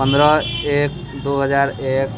पन्द्रह एक दू हजार एक